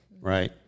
right